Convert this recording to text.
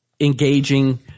engaging